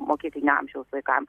mokyklinio amžiaus vaikam